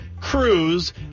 Cruz